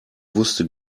wusste